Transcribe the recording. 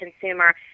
consumer